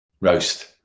Roast